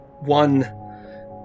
one